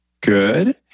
Good